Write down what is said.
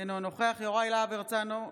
אינו נוכח יוראי להב הרצנו,